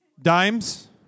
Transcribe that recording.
Dimes